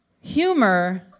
humor